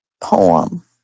poem